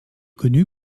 connu